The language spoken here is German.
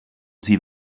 sie